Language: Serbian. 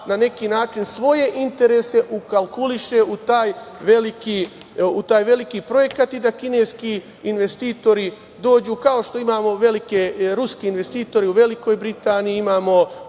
na neki način svoje interese ukalkuliše u taj veliki projekat i da kineski investitori dođu, kao što imamo velike ruske investitore u Velikoj Britaniji, imamo